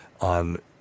on